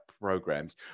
programs